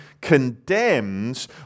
condemns